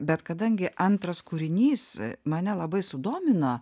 bet kadangi antras kūrinys mane nelabai sudomino